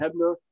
Hebner